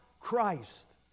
Christ